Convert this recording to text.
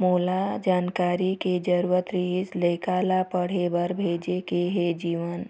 मोला जानकारी के जरूरत रीहिस, लइका ला पढ़े बार भेजे के हे जीवन